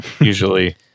usually